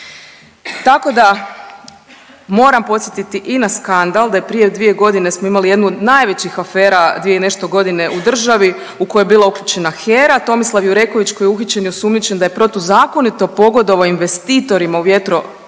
tako da moram podsjetiti i na skandal da je prije 2 godine smo imali jednu od najvećih afera, 2 i nešto godine u državi u kojoj je bila uključena HERA, Tomislav Jureković koji je uhićen i osumnjičen da je protuzakonito pogodovao investitorima u Vjetropark